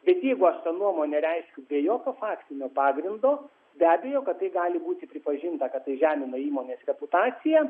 bet jeigu aš tą nuomonę reiškia be jokio faktinio pagrindo be abejo kad tai gali būti pripažinta kad tai žemina įmonės reputaciją